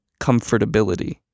comfortability